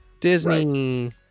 Disney